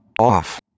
Off